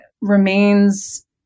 remains